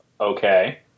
Okay